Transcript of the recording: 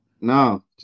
No